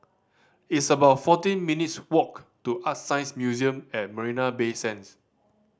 it's about fourteen minutes' walk to ArtScience Museum at Marina Bay Sands